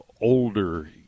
older